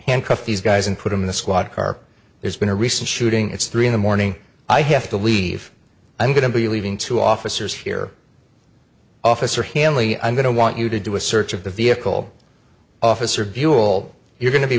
handcuff these guys and put them in the squad car there's been a recent shooting it's three in the morning i have to leave i'm going to be leaving two officers here officer hanley i'm going to want you to do a search of the vehicle officer buell you're going to be